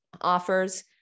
offers